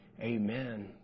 amen